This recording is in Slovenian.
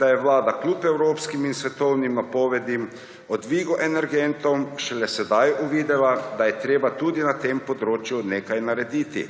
da je vlada kljub evropskim in svetovnim napovedim o dvigu energentov šele sedaj uvidela, da je treba tudi na tem področju nekaj narediti.